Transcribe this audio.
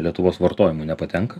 lietuvos vartojimui nepatenka